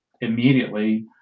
immediately